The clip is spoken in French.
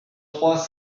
trois